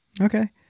Okay